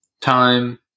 time